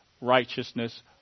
righteousness